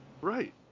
Right